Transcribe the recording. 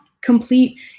complete